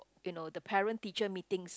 you know the parent teacher meetings